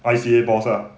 I_C_A boss ah